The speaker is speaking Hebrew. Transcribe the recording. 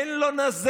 אין לו נזלת.